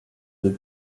deux